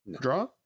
Draw